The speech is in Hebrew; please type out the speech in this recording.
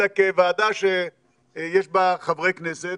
אלא כוועדה שיש בה חברי כנסת